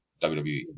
WWE